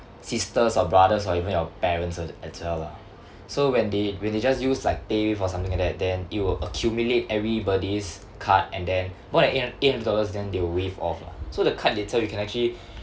sisters or brothers or even your parents uh as well lah so when they when they just use like paywave or something like that then it will accumulate everybody's card and then more than eight hun~ eight hundred dollars then they will waive off lah so the card itself you can actually